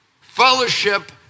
fellowship